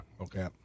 Okay